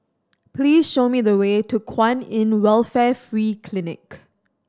please show me the way to Kwan In Welfare Free Clinic